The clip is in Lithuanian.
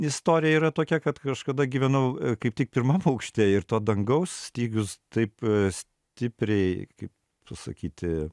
istorija yra tokia kad kažkada gyvenau kaip tik pirmam aukšte ir to dangaus stygius taip stipriai kaip pasakyti